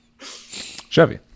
Chevy